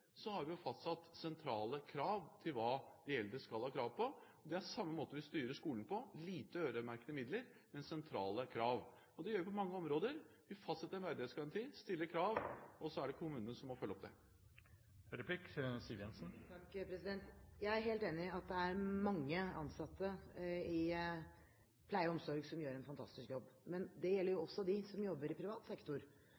så er det kommunene som må følge opp det. Jeg er helt enig i at det er mange ansatte i pleie og omsorg som gjør en fantastisk jobb, men det gjelder jo